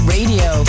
Radio